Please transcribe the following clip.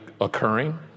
occurring